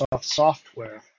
software